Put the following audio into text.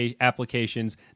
applications